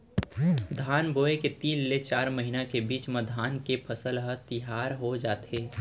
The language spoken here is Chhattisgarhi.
धान बोए के तीन ले चार महिना के बीच म धान के फसल ह तियार हो जाथे